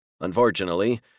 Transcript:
Unfortunately